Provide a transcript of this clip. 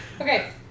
Okay